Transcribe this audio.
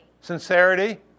Sincerity